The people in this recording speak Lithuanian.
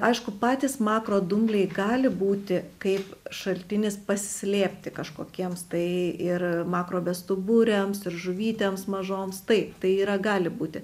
aišku patys makrodumbliai gali būti kaip šaltinis pasislėpti kažkokiems tai ir makrobestuburiams ir žuvytėms mažoms taip tai yra gali būti